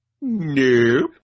nope